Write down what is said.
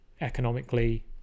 economically